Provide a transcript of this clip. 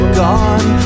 gone